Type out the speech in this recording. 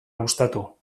gustatu